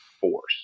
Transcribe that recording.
force